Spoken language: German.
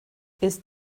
ist